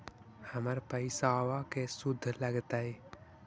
हमर पैसाबा के शुद्ध लगतै?